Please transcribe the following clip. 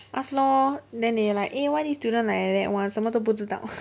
ask lor then they like eh why this student like that [one] 什么都不知道